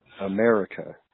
America